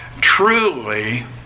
truly